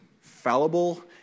fallible